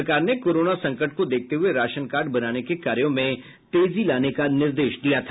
सरकार ने कोरोना संकट को देखते हुए राशन कार्ड बनाने के कार्यो में तेजी लाने का निर्देश दिया था